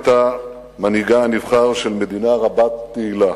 מנהיגה הנבחר של מדינה רבת תהילה,